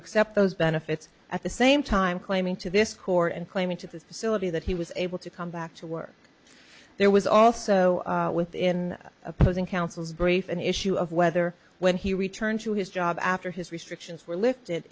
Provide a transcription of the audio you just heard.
accept those benefits at the same time claiming to this court and claiming to this facility that he was able to come back to work there was also within opposing counsel's brief an issue of whether when he returned to his job after his restrictions were lifted